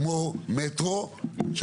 כמו מטרו,